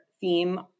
theme